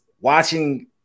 watching